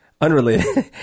unrelated